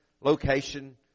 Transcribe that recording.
location